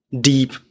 deep